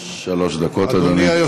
שלוש דקות, אדוני.